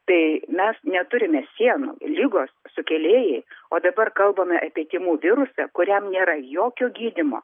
tai mes neturime sienų ligos sukėlėjai o dabar kalbame apie tymų virusą kuriam nėra jokio gydymo